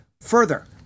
Further